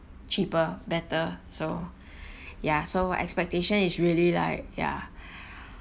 cheaper better so ya so expectation is really like ya